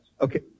Okay